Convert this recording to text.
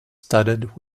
studded